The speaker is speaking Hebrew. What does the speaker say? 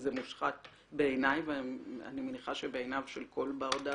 וזה מושחת בעיני ואני מניחה שגם בעיני כל בר-דעת.